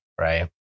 right